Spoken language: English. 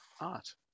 art